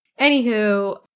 Anywho